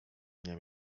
nie